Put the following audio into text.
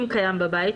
אם קיים בבית,